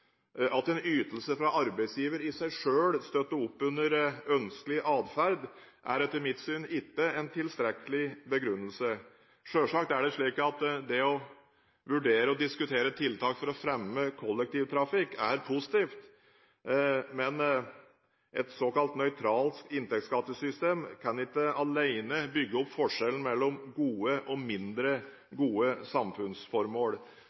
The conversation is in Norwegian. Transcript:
At en ytelse fra arbeidsgiver i seg selv støtter opp under ønskelig atferd, er etter mitt syn ikke en tilstrekkelig begrunnelse. Selvsagt er det slik at å vurdere og diskutere tiltak for å fremme kollektivtrafikk er positivt, men et såkalt nøytralt inntektsskattesystem kan ikke alene bygge opp forskjellen mellom gode og